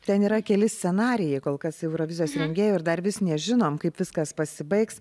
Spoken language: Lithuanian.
ten yra keli scenarijai kol kas eurovizijos rengėjų ir dar vis nežinom kaip viskas pasibaigs